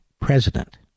president